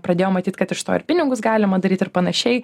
pradėjau matyt kad iš to ir pinigus galima daryt ir panašiai